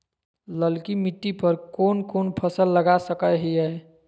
ललकी मिट्टी पर कोन कोन फसल लगा सकय हियय?